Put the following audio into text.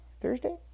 Thursday